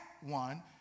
one